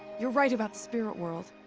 you're right about the spirit world.